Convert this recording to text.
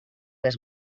les